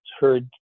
heard